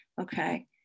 Okay